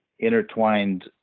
intertwined